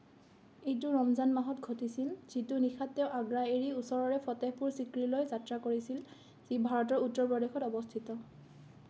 এইটো ৰমজান মাহত ঘটিছিল যিটো নিশাত তেওঁ আগ্ৰা এৰি ওচৰৰে ফতেহপুৰ ছিক্ৰীলৈ যাত্ৰা কৰিছিল যি ভাৰতৰ উত্তৰ প্ৰদেশত অৱস্থিত